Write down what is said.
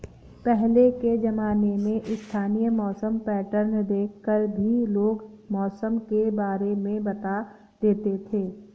पहले के ज़माने में स्थानीय मौसम पैटर्न देख कर भी लोग मौसम के बारे में बता देते थे